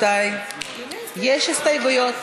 יש הסתייגויות.